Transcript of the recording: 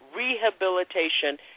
rehabilitation